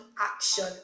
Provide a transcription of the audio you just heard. action